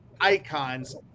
Icons